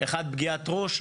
אחד פגיעת ראש,